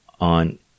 on